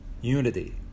Unity